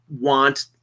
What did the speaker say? want